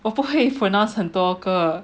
我不会 pronounce 很多个